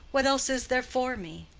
what else is there for me?